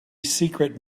secret